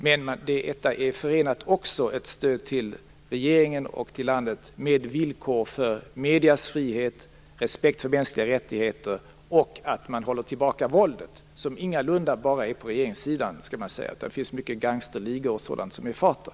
Men med detta är också förenat ett stöd till regeringen och till landet med villkor för mediernas frihet, respekt för mänskliga rättigheter och att man håller tillbaka våldet, som ingalunda förekommer enbart på regeringssidan. Det finns många gangsterligor och sådant i farten.